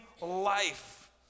life